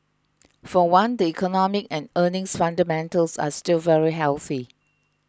for one the economic and earnings fundamentals are still very healthy